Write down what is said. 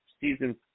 season